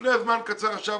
לפני זמן קצר ישב